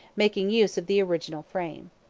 making use of the original frame.